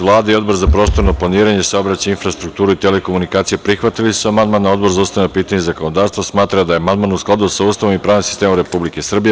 Vlada i Odbor za prostorno planiranje, saobraćaj, infrastrukturu i telekomunikacije prihvatili su amandman, a Odbor za ustavna pitanja i zakonodavstvo smatra da je amandman u skladu sa Ustavom i pravnim sistemom Republike Srbije.